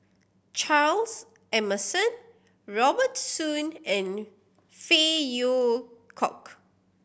Charles Emmerson Robert Soon and Phey Yew Kok